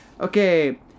Okay